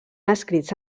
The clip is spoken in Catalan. escrits